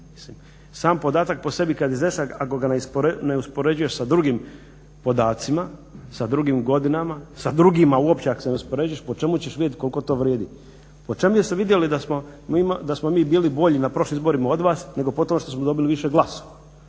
Sam podatak po sebi kada ga izneseš ako ga ne uspoređuješ sa drugim podacima, sa drugim godinama, sa drugima uopće ako se ne uspoređuješ po čemu ćeš vidjeti koliko to vrijedi? Po čemu su vidjeli da smo mi bili bolji na prošlim izborima od vas nego po tom što smo dobili više glasova?